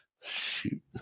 Shoot